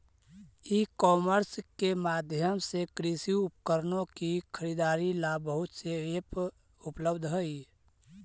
ई commerce के माध्यम से कृषि उपकरणों की खरीदारी ला बहुत से ऐप उपलब्ध हई